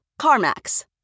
CarMax